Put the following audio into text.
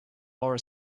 lower